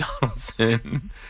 Donaldson